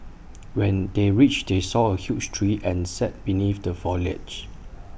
when they reached they saw A huge tree and sat beneath the foliage